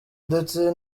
ndetse